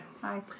Hi